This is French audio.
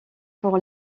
pour